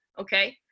okay